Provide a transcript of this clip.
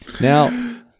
Now